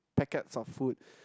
packets of food